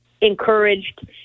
encouraged